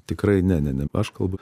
tikrai ne ne ne aš kalbu